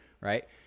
right